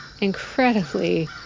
incredibly